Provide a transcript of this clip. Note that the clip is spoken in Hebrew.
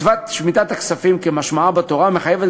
מצוות שמיטת הכספים כמשמעה בתורה מחייבת